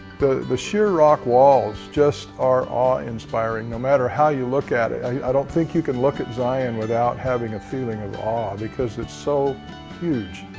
the the sheer rock walls just are awe inspiring no matter how you look at it. i don't think you can look at zion without having a feeling of awe because it's so huge.